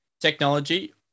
technology